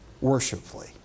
worshipfully